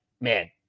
man